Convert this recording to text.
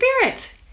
Spirit